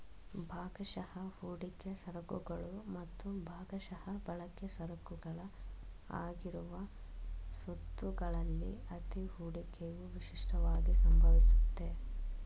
ಭಾಗಶಃ ಹೂಡಿಕೆ ಸರಕುಗಳು ಮತ್ತು ಭಾಗಶಃ ಬಳಕೆ ಸರಕುಗಳ ಆಗಿರುವ ಸುತ್ತುಗಳಲ್ಲಿ ಅತ್ತಿ ಹೂಡಿಕೆಯು ವಿಶಿಷ್ಟವಾಗಿ ಸಂಭವಿಸುತ್ತೆ